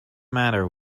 matter